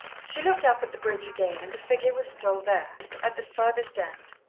she looked up at the bridge again, and the figure was still there, at the furthest end.